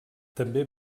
també